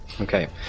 okay